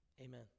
amen